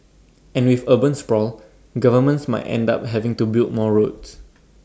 and with urban sprawl governments might end up having to build more roads